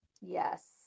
Yes